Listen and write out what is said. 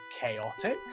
chaotic